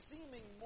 Seeming